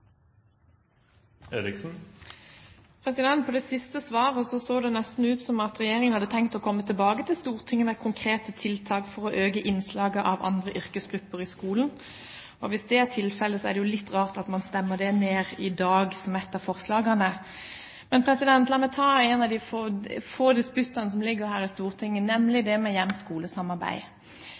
det siste svaret hørtes det nesten ut som om regjeringen hadde tenkt å komme tilbake til Stortinget med konkrete tiltak for å øke innslaget av andre yrkesgrupper i skolen. Hvis det er tilfellet, er det jo litt rart at man stemmer imot et av forslagene om dette i dag. La meg ta opp en av de få disputtene som ligger her i Stortinget, nemlig det med